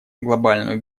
глобальную